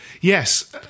Yes